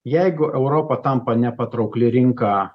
jeigu europa tampa nepatraukli rinka